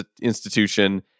institution